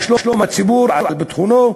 על שלום הציבור, על ביטחונו,